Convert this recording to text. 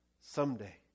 someday